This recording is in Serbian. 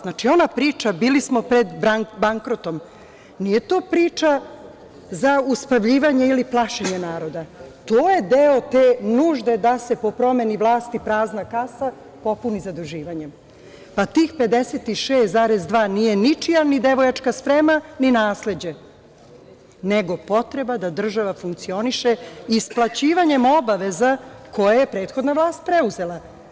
Znači, ona priča bili smo pred bankrotom, nije to priča za uspavljivanje ili plašenje naroda, to je deo te nužde da se po promeni vlasti prazna kasa popuni zaduživanjem, pa tih 56,2 nije ničija ni devojačka sprema, ni nasleđe, nego potreba da država funkcioniše isplaćivanjem obaveza koje je prethodna vlast preuzela.